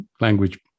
language